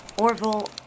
Orville